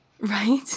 Right